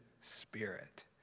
spirit